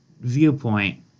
viewpoint